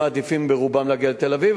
הם מעדיפים ברובם להגיע לתל-אביב,